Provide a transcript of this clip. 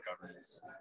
governance